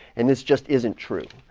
and this just isn't true.